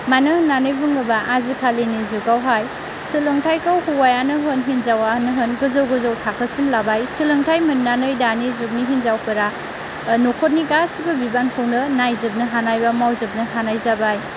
मानो होननानै बुङोब्ला आजिखालिनि जुगावहाय सोलोंथायखौ हौवायानो होन हिनजावानो होन गोजौ गोजौ थाखोसिम लाबाय सोलोंथाय मोननानै दानि जुगनि हिनजावफोरा न'खरनि गासैबो बिबानखौनो नायजोबनो हानाय बा मावजोबनो हानाय जाबाय